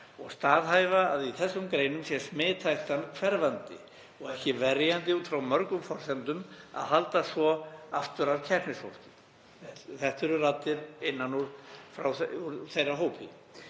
og staðhæfa að í þessum greinum sé smithættan hverfandi og ekki verjandi út frá mörgum forsendum að halda svo aftur af keppnisfólki. Þetta eru raddir innan úr þeirra hópi.